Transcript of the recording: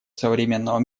современного